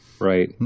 Right